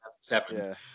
seven